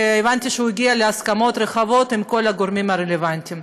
שהבנתי שהוא הגיע להסכמות רחבות עם כל הגורמים הרלוונטיים.